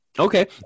Okay